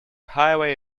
highway